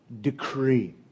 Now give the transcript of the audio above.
decree